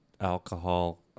alcohol